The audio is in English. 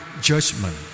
judgment